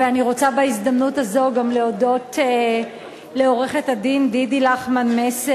ואני רוצה בהזדמנות הזאת גם להודות לעורכת-הדין דידי לחמן-מסר,